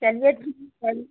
चलिए ठीक है